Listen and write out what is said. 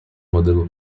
modelo